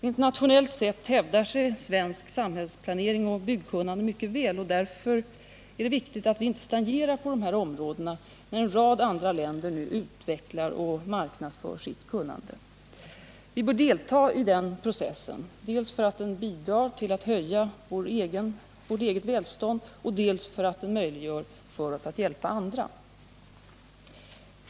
Internationellt sett hävdar sig svensk samhällsplanering och svenskt byggkunnande mycket väl, och därför är det viktigt att vi inte stagnerar på dessa områden, när nu en rad andra länder utvecklar och marknadsför sitt kunnande. Vi bör delta i den processen, dels för att den bidrar till att höja vårt eget välstånd, dels för att den möjliggör för oss att hjälpa andra.